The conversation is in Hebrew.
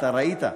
אתה ראית,